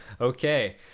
Okay